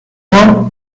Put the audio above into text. événements